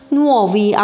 nuovi